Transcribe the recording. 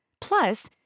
Plus